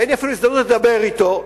אין לי אפילו הזדמנות לדבר אתו.